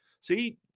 See